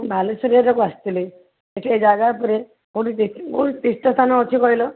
ମୁଁ ବାଲେଶ୍ୱର ଆସିଥିଲି ଏଠିକା ଜାଗା ଉପରେ କେଉଁଠି କେଉଁଠି ତୀର୍ଥସ୍ଥାନ ଅଛି କହିଲ